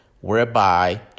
whereby